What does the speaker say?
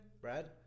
brad